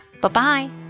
Bye-bye